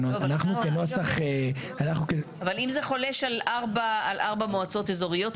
אנחנו כנוסח -- אבל אם זה חולש על ארבע מועצות אזוריות,